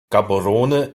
gaborone